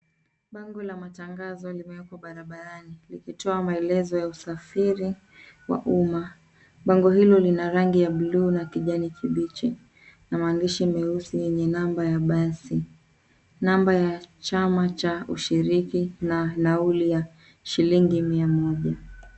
Bango la matangazo limewekwa barabarani likitoa maelezo ya usafiri wa umma. Bango hilo lina rangi ya bluu na kijani kibichi na maandishi meusi yenye namba ya basi, namba ya chama cha ushiriki na nauli ya shilingi mia moja.